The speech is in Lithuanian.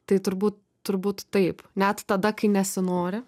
tai turbūt turbūt taip net tada kai nesinori